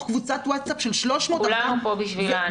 קבוצת ווטסאפ של 300 --- כולנו פה בשביל הענף.